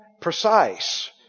precise